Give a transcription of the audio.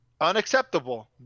Unacceptable